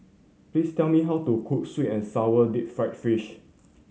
please tell me how to cook sweet and sour deep fried fish